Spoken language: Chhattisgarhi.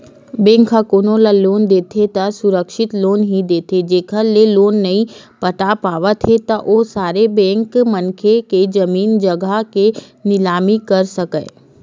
बेंक ह कोनो ल लोन देथे त सुरक्छित लोन ही देथे जेखर ले लोन नइ पटा पावत हे त ओ समे बेंक मनखे के जमीन जघा के निलामी कर सकय